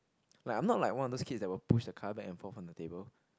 like I'm not like one of those kids that will push the car back and forth on the table